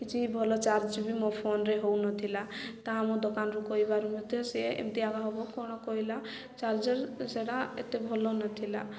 କିଛି ଭଲ ଚାର୍ଜ ବି ମୋ ଫୋନ୍ରେ ହଉନଥିଲା ତାହା ମୁଁ ଦୋକାନରେ କହିବାରୁ ମୋତେ ସିଏ ଏମିତି ଆଗ ହେବ କ'ଣ କହିଲା ଚାର୍ଜର ସେଟା ଏତେ ଭଲ ନଥିଲା